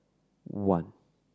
one